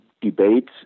debates